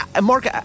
Mark